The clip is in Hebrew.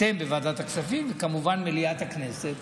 אתם בוועדת הכספים וכמובן מליאת הכנסת,